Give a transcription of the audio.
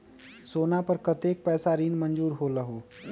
सोना पर कतेक पैसा ऋण मंजूर होलहु?